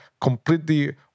completely